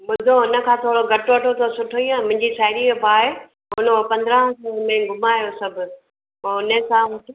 ॿुधो हुनखां थोरो घटि वठो त सुठो ई आहे मुंहिंजी साहेड़ीअ जो भाउ आहे हुन पंदरां सौ में घुमाए आहियो सभु त हुन हिसाबु